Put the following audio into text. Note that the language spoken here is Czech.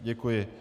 Děkuji.